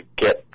get